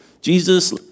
Jesus